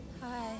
Hi